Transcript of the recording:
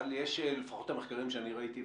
לפחות לפי המחקרים שאני ראיתי,